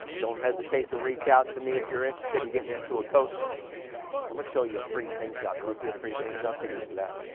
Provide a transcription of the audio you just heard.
don't hesitate to reach out to me if you're interested in getting into a coach i'm gonna show you a pretty paint job. you want to see a pretty paint job, take a look at that.